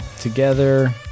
together